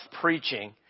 preaching